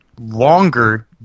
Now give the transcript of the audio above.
longer